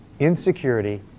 insecurity